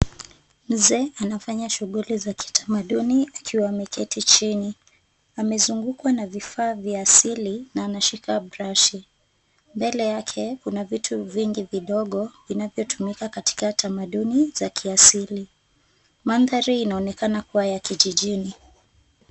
Mzee anafanya shughuli za kitamaduni akiwa ameketi chini. Amezungukwa na vifaa vya asili na anashika brushi . Mbele yake kuna vitu vingi vidogo vinavyotumika katika tamaduni za kiasili. Mandhari inaonekana kuwa ya kijijini.